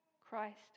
Christ